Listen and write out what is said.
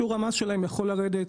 שיעור המס שלהם יכול לרדת